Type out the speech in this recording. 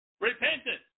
Repentance